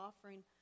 offering